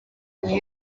niyo